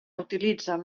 utilitzen